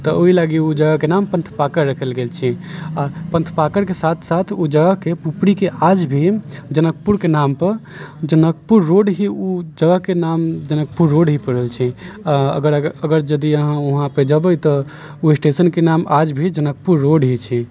तऽ ओहि लागी ओ जगहके नाम पन्थपाकैर रखल गेल छै आओर पन्थपाकैरके साथ साथ ओ जगहके उपरीके आज भी जनकपुरके नामपर जनकपुर रोड ही उस जगहके नाम जनकपुर रोड ही पड़ल छै आओर अगर जदि अहाँ वहाँपर जेबै तऽ ओ स्टेशनके नाम आज भी जनकपुर रोड ही छै